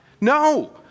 No